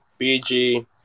BG